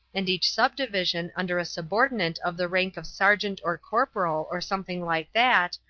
and each subdivision under a subordinate of the rank of sergeant or corporal or something like that,